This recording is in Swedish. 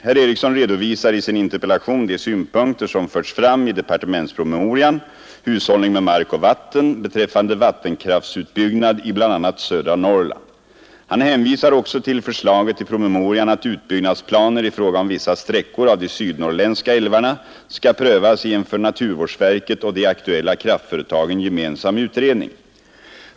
Herr Eriksson redovisar i sin interpellation de synpunkter som förts fram i departementspromemorian , Hushållning med mark och vatten, beträffande vattenkraftsutbyggnad i bl.a. södra Norrland. Han hänvisar också till förslaget i promemorian att utbyggnadsplaner i fråga om vissa sträckor av de sydnorrländska älvarna skall prövas i en för naturvårdsverket och de aktuella kraftföretagen gemensam utredning.